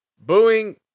booing